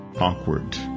awkward